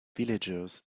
villagers